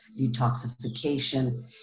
detoxification